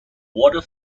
water